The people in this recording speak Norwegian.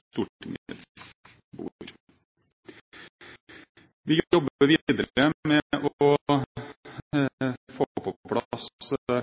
Stortingets bord. Vi jobber videre med å få på